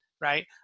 right